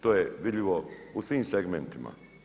To je vidljivo u svim segmentima.